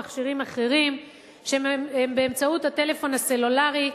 או מכשירים אחרים באמצעות הטלפון הסלולרי?